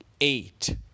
eight